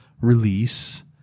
release